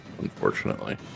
unfortunately